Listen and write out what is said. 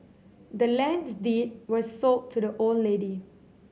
the land's deed was sold to the old lady